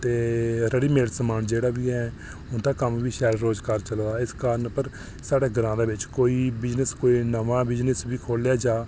ते ready made समान जेह्ड़ा बी ऐ उं'दा कम्म बी शैल रोजगार चलै दा एह्दे कारण साढ़े ग्रांऽ दे बिच कोई बी बिजनेस नमां बिजनेस बी खोह्ल्लेआ जा